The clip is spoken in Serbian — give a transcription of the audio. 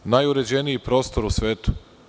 To je najuređeniji prostor u svetu.